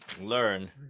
learn